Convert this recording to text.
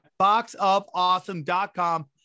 boxofawesome.com